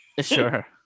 sure